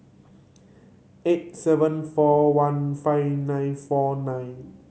eight seven four one five nine four nine